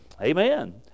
Amen